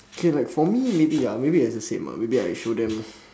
okay like for me maybe ya maybe it's the same ah maybe I show them